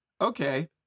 Okay